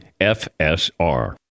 FSR